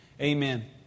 Amen